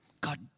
God